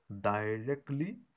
Directly